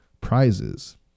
prizes